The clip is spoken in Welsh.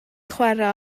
chwarae